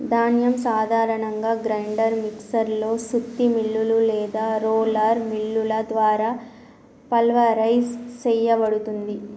ధాన్యం సాధారణంగా grinder mixer లో సుత్తి మిల్లులు లేదా రోలర్ మిల్లుల ద్వారా పల్వరైజ్ సేయబడుతుంది